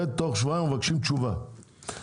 זה תוך שבועיים אנחנו מבקשים תשובה בעניין,